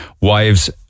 Wives